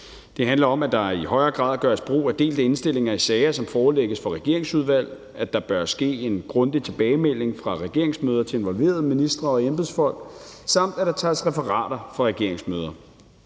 Det handler om, at der i højere grad gøres brug af delte indstillinger i sager, som forelægges for regeringsudvalg, at der bør ske en grundig tilbagemelding fra regeringsmøder til involverede ministre og embedsfolk, samt at der tages referater fra regeringsmøder.